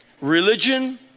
religion